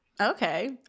Okay